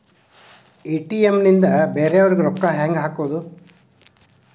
ATM ನಿಂದ ಬೇರೆಯವರಿಗೆ ರೊಕ್ಕ ಹೆಂಗ್ ಹಾಕೋದು?